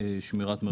ושמירת מרחק.